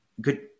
good